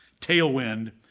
tailwind